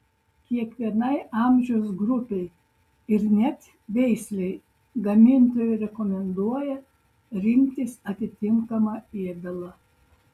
kiekvienai amžiaus grupei ir net veislei gamintojai rekomenduoja rinktis atitinkamą ėdalą